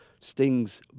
Sting's